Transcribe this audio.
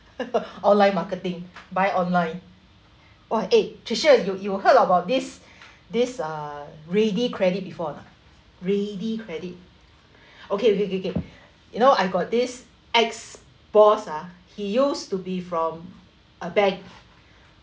online marketing buy online !wah! eh trisha you you heard about this this uh ready credit before or not ready credit okay okay okay okay you know I got this ex-boss ah he used to be from a bank